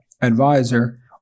advisor